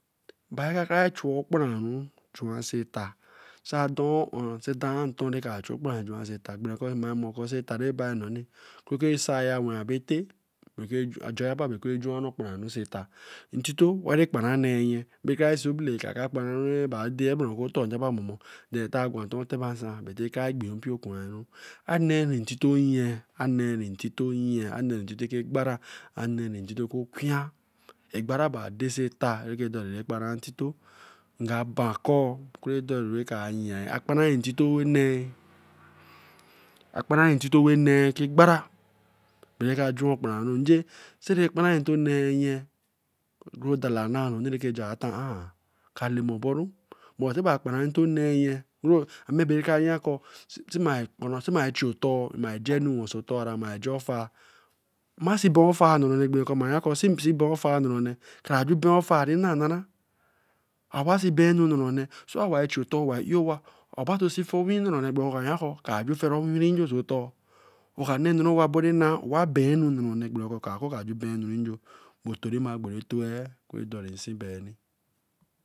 Ba-i kakarai chu okpara-ru ju'a ose eta. Sɛ ada'a ɔ̄-ɔ̄, sɛ ada'a ntɔ̄ kara chu okpara-ru ju'a ose eta-ri. Gbere kɔ̄ mma rɛ mɔ̄ oso nta rɛ bai nnɔ̄ni, guru oku rɛ saiya wɛ'ɛ ebo etɛ, ajɔ yaba bɛ oku-rɛ ju'a-ri okpara-ru oso eta. Ntito wa ri kpara nēē nyɛ. Ƹbɛ karari si'i obele-e, kara-kara kpara rɛ aba ede'e bārā ru oku ɔ̄tɔ̄ yaba mɔ̄mɔ̄ then ta-a gwa ntɔ otebe nsā bɛ tɛ kara-ri gbi'a mpio kua'ru. Anɛri ntito nyɛ, anɛri ntito nyɛ, anɛri ntito oku egbara, anɛri ntito oku oki-a. Egbara ba-a dɛ̄ oso eta rɛ dɔ̄iru e-kpara ntito. Nga ba kɔ ku rɛ dɔiru kara yiai akpara ri ntito wɛ nɛ-ɛ, akpara-ri ntito wɛ ɔɛɛ oku egbara; be're ka jua okpara-ru. Nje, se'rɛ-ɛ kparari ntito nɛ-ɛ nyɛ, ogu rɛ odala a-naa nɔ̄ni rɛkɛ ja-a tɔ-a kalema ɔ̄bɔ̄'ru. But sɛ naa kpara n tito nɛɛ nyɛ, amɛ bɛrɛ ka-ya kɔ si mai chi ɔ̄tɔ̄ɔ̄, mai ja-enu wɛ oso ɔtɔ̄ɔ̄ ra, mai ja- ofa', mba si bɛ-ɛ fa'a nna-ra ɔnɛ gberɛ kɔ mma ya kɔ sɛ nsi bɛ-ɛ ofa'a nnara-ɔ̄nɛ, kara ju bɛɛ ofa'a nna nna-ra. A-o oba si bɛɛ enu nnara ɔnɛ. Sɛ a-o wa'rɛ chi ɔ̄tɔ̄ɔ̄, owarɛ!-i owa, a-o bai fɛ onwi nnara ɔnɛ gbɛrɛ kɔ owa ya kɔ̄ kara ju fɛ'ra ewiwi-nyo oso ɔ̄tɔ̄ɔ̄. Oka na enu nɛ owa bɔru ena-a. Owa bɛ'ɛ enu nnara-onɛ gbɛrɛ kɔ̄ ɔka kɔ̄ ekara ju bɛ'ɛ nj. Ebe oto rɛ ma gbo ebe to-ɛ oku rɛ dɔ̄ri-i nsi bai ri